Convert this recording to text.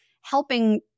helping